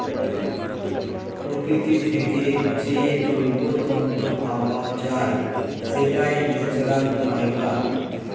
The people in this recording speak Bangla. প্রকৃতি থেকে যে জৈব তন্তু পাওয়া যায়, সেটাই ন্যাচারাল ফাইবার